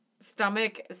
stomach